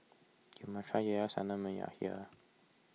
you must try Sanum when you are here